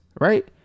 right